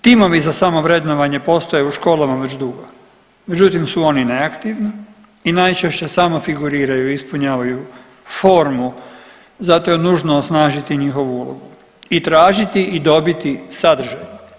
Timovi za samovrednovanje postoje u školama već dugo međutim su oni neaktivni i najčešće samo figuriraju i ispunjavaju formu, zato je nužno osnažiti njihovu ulogu i tražiti i dobiti sadržaj.